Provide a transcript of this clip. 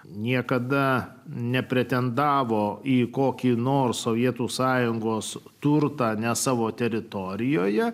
niekada nepretendavo į kokį nors sovietų sąjungos turtą ne savo teritorijoje